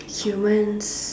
humans